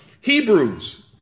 Hebrews